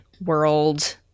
world